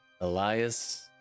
Elias